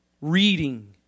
reading